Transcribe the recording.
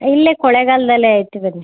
ಇಲ್ಲೇ ಕೊಳೆಗಾಲದಲ್ಲೆ ಇಟ್ಟಿರೋದು